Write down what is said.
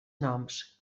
noms